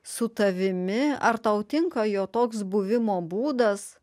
su tavimi ar tau tinka jo toks buvimo būdas